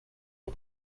you